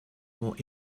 more